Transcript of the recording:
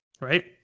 Right